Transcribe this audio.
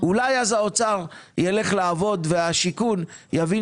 אולי אז האוצר יילך לעבוד והשיכון יבין